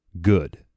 good